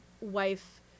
wife